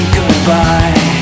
goodbye